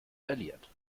verliert